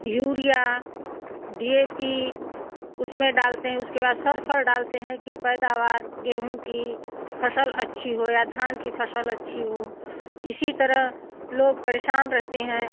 urea D A P उसमें डालते हैं उसके बाद सल्फर डालते हैं की पैदावार गेहूँ की फसल अच्छी हो या धान की फसल अच्छी हो इसी तरह लोग परेशान रहते हैं